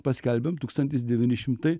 paskelbėm tūkstantis devyni šimtai